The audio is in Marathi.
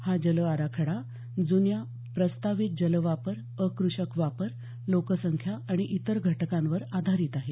हा जल आराखडा जुन्या प्रस्तावित जल वापर अकृषक वापर लोकसंख्या आणि इतर घटकांवर आधारित आहे